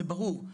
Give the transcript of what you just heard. זה ברור,